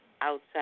outside